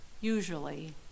usually